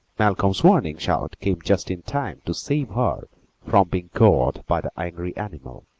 malcolm's warning shout came just in time to save her from being gored by the angry animal,